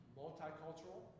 multicultural